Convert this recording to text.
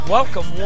Welcome